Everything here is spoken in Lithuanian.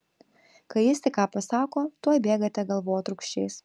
kai jis tik ką pasako tuoj bėgate galvotrūkčiais